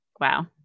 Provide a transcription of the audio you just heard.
Wow